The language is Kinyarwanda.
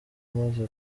amaze